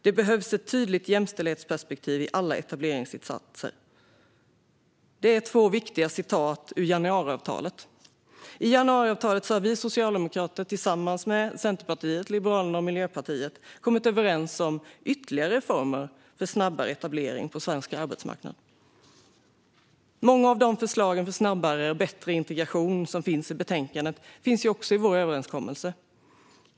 "Det behövs ett tydligt jämställdhetsperspektiv i alla etableringsinsatser." Detta är två viktiga citat ur januariavtalet. I januariavtalet har vi socialdemokrater tillsammans med Centerpartiet, Liberalerna och Miljöpartiet kommit överens om ytterligare reformer för snabbare etablering på svensk arbetsmarknad. Många av de förslag för snabbare och bättre integration som finns i betänkandet finns också i vår överenskommelse.